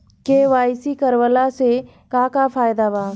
KYC करवला से का का फायदा बा?